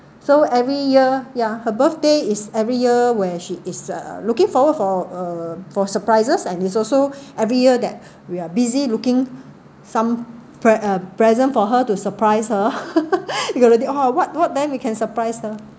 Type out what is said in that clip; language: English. so every year yeah her birthday is every year where she is uh looking forward for uh for surprises and it's also every year that we are busy looking some present for her to surprise her it's going to be !huh! what what then we can surprise her